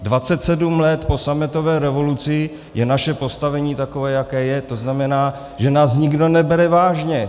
27 let po sametové revoluci je naše postavení takové, jaké je, tzn. že nás nikdo nebere vážně.